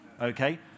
Okay